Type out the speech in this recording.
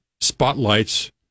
spotlights